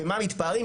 במה מתפארים?